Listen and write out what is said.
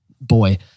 boy